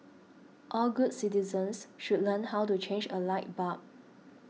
all good citizens should learn how to change a light bulb